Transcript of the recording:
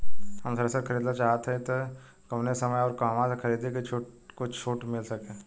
हम थ्रेसर खरीदल चाहत हइं त कवने समय अउर कहवा से खरीदी की कुछ छूट मिल सके?